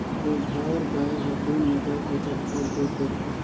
दूधाएर गाय हर दिन में दस लीटर तक दूद देथे